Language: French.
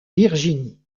virginie